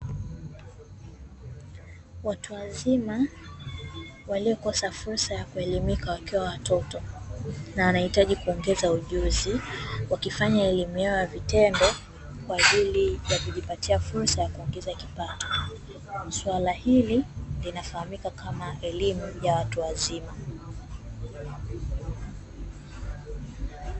Watu wazima waliokosa fursa ya kuelimika wakiwa watoto, na wanahitaji kuongeza ujuzi wakifanya elimu yao kwa vitendo kwa ajili ya kujipatia fursa ya kuongeza kipato. Suala hili linafahamika kama elimu ya watu wazima.